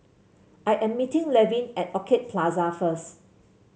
I am meeting Levin at Orchid Plaza first